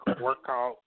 workout